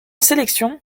sélection